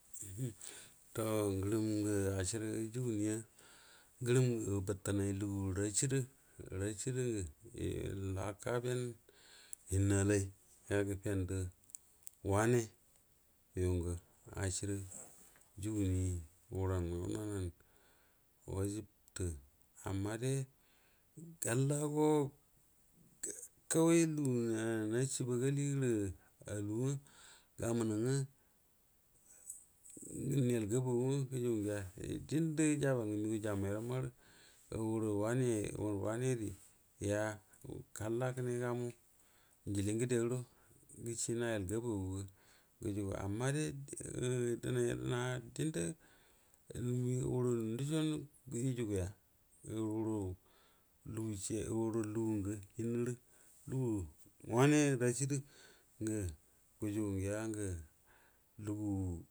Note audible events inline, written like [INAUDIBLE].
[HESITATION] to ngərəm ngə aciəri juguni ya ngərəm gə bətənay lugu rashido gwə [HESITATION] laka ben hənnəalay ga yəfən do wanə yungə acieri juguni huran nan wajibto amma de hala go kaway lugu naciebagali aalugwo gərə gamənəgwə gujugu ngəa diendə jaba n məgaaw jammau ram hurə wane hura wane gəa halla naji gamu jile ngəde guoro gəce nayel gabo guga gujugu amma de denay yedvna huru nduco yujuga huru lugu cie huru lugu ngwə hənnvrə lugu wane ra shidi gwə sujugu goa lugu.